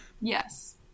Yes